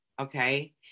okay